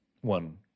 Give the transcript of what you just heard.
one